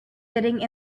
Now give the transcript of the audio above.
sitting